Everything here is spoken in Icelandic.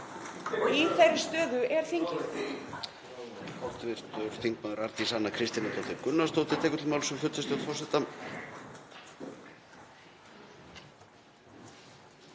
í þeirri stöðu er þingið.